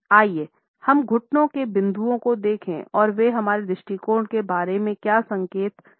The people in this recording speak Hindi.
आइए हम घुटने के बिंदुओं को देखें और वे हमारे दृष्टिकोण के बारे में क्या संकेत देते हैं